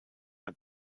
mehr